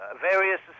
various